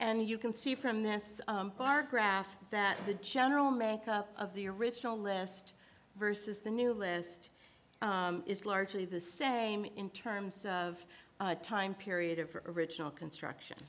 and you can see from this park graph that the general make up of the original list versus the new list is largely the same in terms of time period for original construction